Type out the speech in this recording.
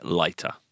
lighter